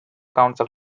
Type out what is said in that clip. council